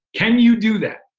can you do that?